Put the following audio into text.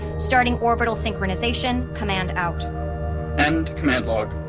starting orbital synchronization. command out end command log